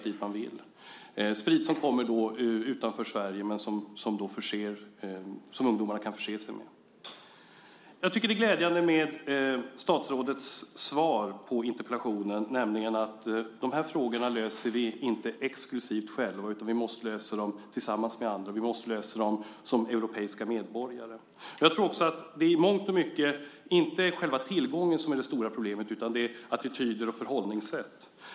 Det handlar om sprit som kommer från länder utanför Sverige och som ungdomarna kan förse sig med. Jag tycker att statsrådets svar på interpellationen är glädjande. De här frågorna löser vi inte exklusivt själva, utan vi måste lösa dem tillsammans med andra. Vi måste lösa dem som europeiska medborgare. Jag tror också att det i mångt och mycket inte är själva tillgången som är det stora problemet utan attityder och förhållningssätt.